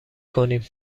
کنیم